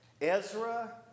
Ezra